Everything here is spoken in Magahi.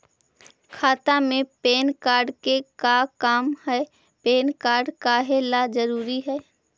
खाता में पैन कार्ड के का काम है पैन कार्ड काहे ला जरूरी है?